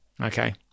Okay